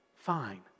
fine